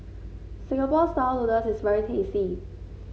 Singapore style noodles is very tasty